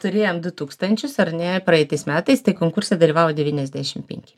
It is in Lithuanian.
turėjom du tūkstančius ar ne praeitais metais konkurse dalyvavo devyniasdešim penki